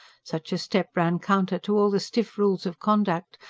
such a step ran counter to all the stiff rules of conduct,